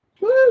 Woo